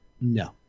No